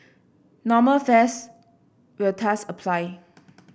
normal fares will thus apply